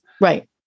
Right